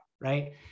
right